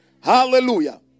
Hallelujah